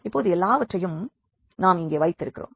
இப்போது எல்லாவற்றையும் நாம் இங்கே வைத்திருக்கிறோம்